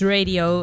Radio